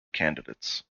candidates